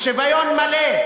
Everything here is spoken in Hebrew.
בשוויון מלא,